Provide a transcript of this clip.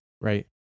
Right